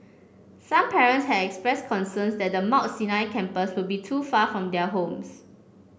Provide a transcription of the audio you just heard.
some parents had expressed concerns that the Mount Sinai campus would be too far from their homes